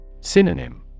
Synonym